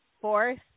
fourth